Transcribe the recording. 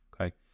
okay